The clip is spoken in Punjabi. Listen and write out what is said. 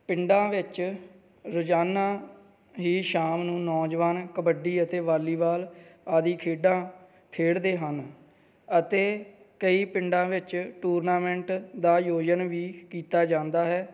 ਪਿੰਡਾਂ ਵਿੱਚ ਰੋਜ਼ਾਨਾ ਹੀ ਸ਼ਾਮ ਨੂੰ ਨੌਜਵਾਨ ਕਬੱਡੀ ਅਤੇ ਵਾਲੀਬਾਲ ਆਦਿ ਖੇਡਾਂ ਖੇਡਦੇ ਹਨ ਅਤੇ ਕਈ ਪਿੰਡਾਂ ਵਿੱਚ ਟੂਰਨਾਮੈਂਟ ਦਾ ਆਯੋਜਨ ਵੀ ਕੀਤਾ ਜਾਂਦਾ ਹੈ